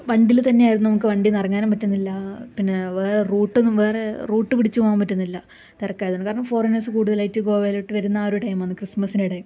വണ്ടിയില് തന്നെ ആയിരുന്നു നമുക്ക് വണ്ടിയിൽ നിന്ന് ഇറങ്ങാനും പറ്റുന്നില്ല പിന്നെ വേറെ റൂട്ടൊന്നും വേറെ റൂട്ട് പിടിച്ചു പോവാന് പറ്റുന്നില്ല തിരക്കായത് കൊണ്ട് കാരണം ഫോറിനേഴ്സ് കൂടുതലായിട്ട് ഗോവയിലോട്ട് വരുന്ന ആ ഒരു ടൈമാണ് ക്രിസ്മസിനിടെ